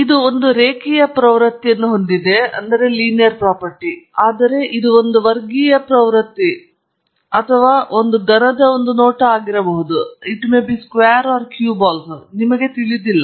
ಇದು ಒಂದು ರೇಖೀಯ ಪ್ರವೃತ್ತಿಯನ್ನು ಹೊಂದಿದೆ ಆದರೆ ಇದು ಒಂದು ವರ್ಗೀಯ ಪ್ರವೃತ್ತಿ ಅಥವಾ ಒಂದು ಘನದ ಒಂದು ನೋಟ ಆಗಿರಬಹುದು ನಿಮಗೆ ತಿಳಿದಿಲ್ಲ